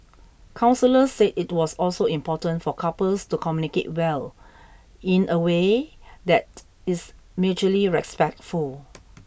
counsellors said it was also important for couples to communicate well in away that is mutually respectful